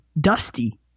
Dusty